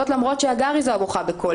זאת למרות שהגר היא זו הבוכה בקול,